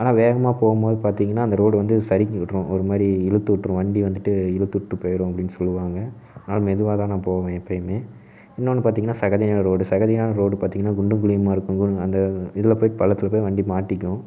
ஆனால் வேகமாக போகும்போது பார்த்திங்கன்னா அந்த ரோடு வந்து சறுக்கி விட்டுரும் ஒரு மாதிரி இழுத்து விட்ரும் வண்டி வந்துட்டு இழுத்து விட்டு போயிடும் அப்படினு சொல்லுவாங்க நான் மெதுவாகதான் போவேன் எப்போயுமே இன்னொன்று பார்த்திங்கன்னா சகதியான ரோடு சகதியான ரோடு பார்த்திங்கன்னா குண்டும் குழியுமாக இருக்கும் அந்த இதில் போய் பள்ளத்தில் போய் வண்டி மாட்டிக்கும்